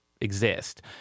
exist